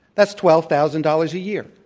that's twelve thousand dollars a year.